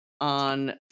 on